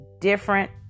different